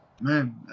man